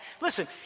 listen